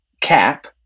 cap